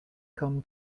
come